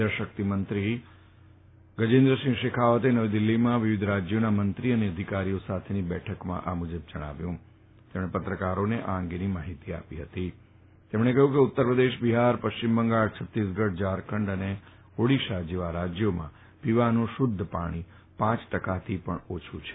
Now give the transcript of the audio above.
જળશક્તિમંત્રી ગજેન્દ્રસિંહ શેખાવતે નવી દીલ્હીમાં વિવિધ રાજ્યોના મંત્રીઓ અને અધિકારીઓ સાથેની બેઠક બાદ પત્રકારોને જણાવ્યું કે ઉત્તરપ્રદેશ બિહાર પશ્ચિમ બંગાળ છત્તીસગઢ ઝારખંડ અને ઓડીશા જેવાં રાજયોમાં પીવાનું શુદ્ધ પાણી પાંચ ટકાથી પણ ઓછું છે